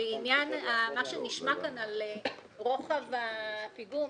לעניין מה שנשמע כאן על רוחב הפיגום,